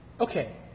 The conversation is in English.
Okay